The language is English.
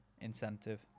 incentive